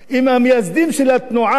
המייסדים של התנועה,